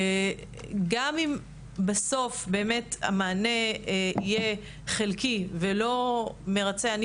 גם אם בסוף המענה יהיה חלקי ולא מרצה אני